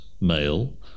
male